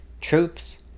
troops